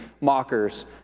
mockers